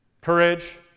courage